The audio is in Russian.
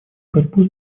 борьбу